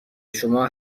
شما